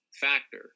factor